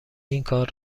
اینکار